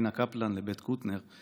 הלינה קפלן לבית קוטנר,